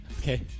Okay